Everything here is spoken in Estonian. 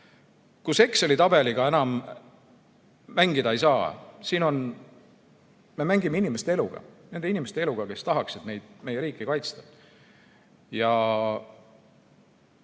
kus Exceli tabeliga enam mängida ei saa. Me mängime inimeste eluga, nende inimeste eluga, kes tahaksid meie riiki kaitsta. Ja